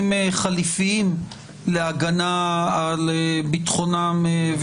חליפיים להגנה על ביטחונם,